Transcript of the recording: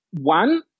one